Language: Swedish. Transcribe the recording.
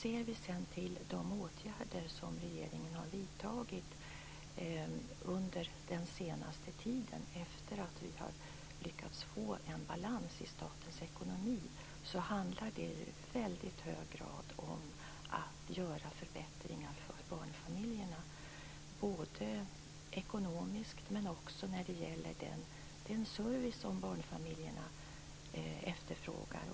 Ser vi sedan till de åtgärder som regeringen har vidtagit under den senaste tiden, efter att vi har lyckats få balans i statens ekonomi, så handlar det ju i väldigt hög grad om att genomföra förbättringar för barnfamiljerna. Det gäller både ekonomiskt och i fråga om den service som barnfamiljerna efterfrågar.